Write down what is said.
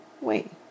wait